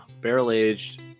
barrel-aged